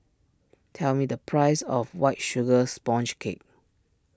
tell me the price of White Sugar Sponge Cake